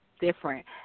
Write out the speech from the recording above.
different